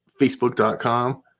Facebook.com